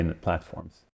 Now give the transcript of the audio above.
platforms